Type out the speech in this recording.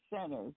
centers